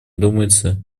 думается